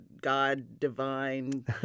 God-divine